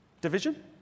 division